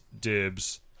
Dibs